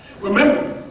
remember